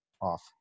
off